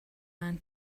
men